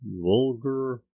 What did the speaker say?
vulgar